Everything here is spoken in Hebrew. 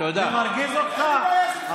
זה מרגיז אותך?